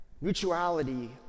mutuality